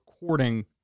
recording